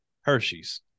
Hershey's